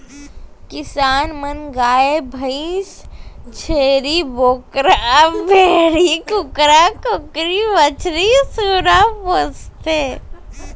किसान मन गाय भईंस, छेरी बोकरा, भेड़ी, कुकरा कुकरी, मछरी, सूरा पोसथें